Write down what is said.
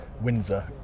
Windsor